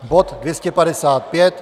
Bod 255